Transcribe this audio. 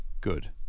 Good